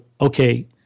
okay